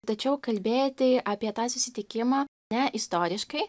tačiau kalbėti apie tą susitikimą ne istoriškai